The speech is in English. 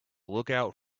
lookout